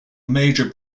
major